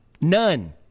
None